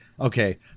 okay